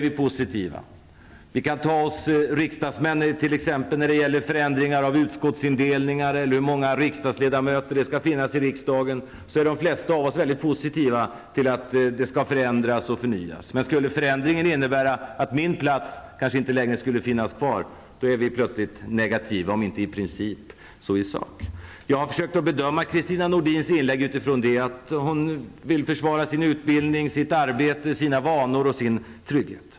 Vi kan som exempel ta riksdagsmäns inställning till förändringar av utskottsindelningar eller antalet ledamöter i riksdagen. De flesta av oss är mycket positiva till att det skall förändras och förnyas. Men skulle förändringen innebära att våra platser kanske inte längre skulle finnas kvar, är vi plötsligt negativa, om inte i princip så i sak. Jag har försökt bedöma Kristina Nordins inlägg utifrån det att hon vill försvara sin utbildning, sitt arbete, sina vanor och sin trygghet.